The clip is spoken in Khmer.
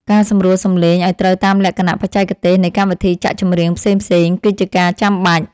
ការសម្រួលសំឡេងឱ្យត្រូវតាមលក្ខណៈបច្ចេកទេសនៃកម្មវិធីចាក់ចម្រៀងផ្សេងៗគឺជាការចាំបាច់។